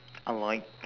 I like